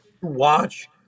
Watch